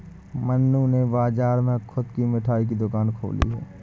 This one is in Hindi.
मन्नू ने बाजार में खुद की मिठाई की दुकान खोली है